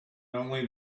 only